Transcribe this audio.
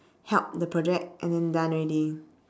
help the project and then done already